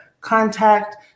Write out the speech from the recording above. contact